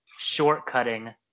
shortcutting